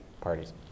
parties